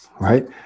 right